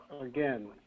again